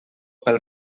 pel